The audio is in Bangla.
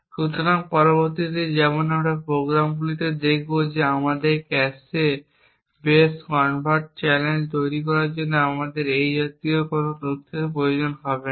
সুতরাং পরবর্তীতে যেমন আমরা প্রোগ্রামগুলিতে দেখব আমাদের ক্যাশে বেস কভারট চ্যানেল তৈরি করার জন্য আমাদের এই জাতীয় কোনও তথ্যের প্রয়োজন হবে না